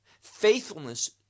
Faithfulness